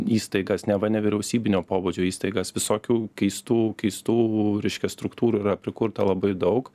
įstaigas neva nevyriausybinio pobūdžio įstaigas visokių keistų keistų reiškia struktūrų yra prikurta labai daug